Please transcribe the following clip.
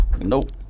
Nope